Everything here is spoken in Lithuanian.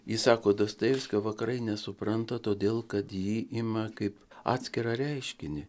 jis sako dostojevskio vakarai nesupranta todėl kad jį ima kaip atskirą reiškinį